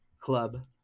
club